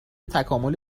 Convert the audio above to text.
تکامل